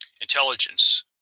Intelligence